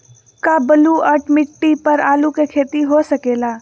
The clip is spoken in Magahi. का बलूअट मिट्टी पर आलू के खेती हो सकेला?